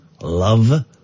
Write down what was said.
love